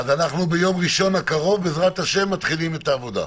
ביום ראשון הקרוב בעזרת השם אנחנו מתחילים את העבודה.